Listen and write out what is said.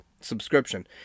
subscription